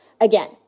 Again